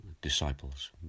disciples